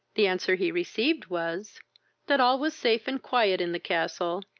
the answer he received was that all was safe and quiet in the castle,